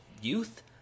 youth